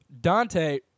Dante